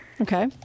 Okay